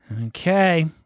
Okay